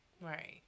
Right